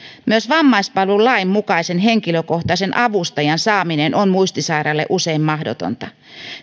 myös vammaispalvelulain mukaisen henkilökohtaisen avustajan saaminen on muistisairaalle usein mahdotonta